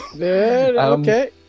Okay